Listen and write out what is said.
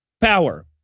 power